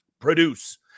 Produce